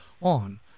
on